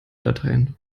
dateien